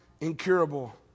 incurable